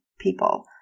people